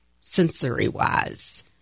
sensory-wise